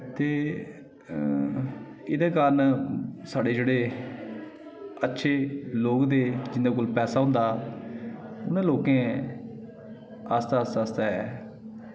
ते एह्दे कारण साढ़े जेह्ड़े अच्छे लोग थे जिं'दे कोल पैसा होंदा हा उ'नें लोकें आस्तै आस्तै आस्तै